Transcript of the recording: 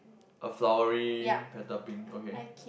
a flowery petal pink okay